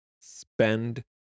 spend